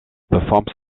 performs